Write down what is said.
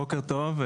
בוקר טוב.